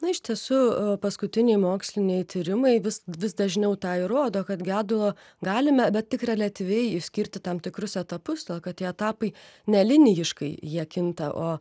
na iš tiesų paskutiniai moksliniai tyrimai vis vis dažniau tą ir rodo kad gedulo galime bet tik reliatyviai išskirti tam tikrus etapus todėl kad tie etapai ne linijiškai jie kinta o